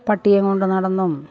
പട്ടിയെ കൊണ്ട് നടന്നും